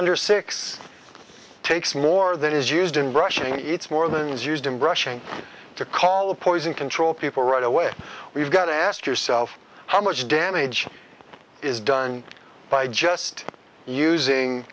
under six takes more than is used in brushing it's more than is used in brushing to call the poison control people right away we've got to ask yourself how much damage is done by just using